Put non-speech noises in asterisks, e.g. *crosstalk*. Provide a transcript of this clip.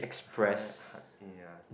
!huh! *noise* ya